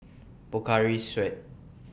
Pocari Sweat